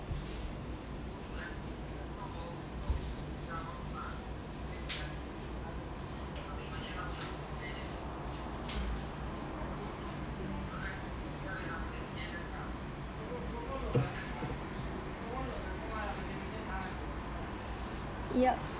yup